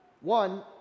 One